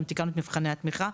גם תיקנת את מבחני התמיכה,